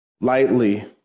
lightly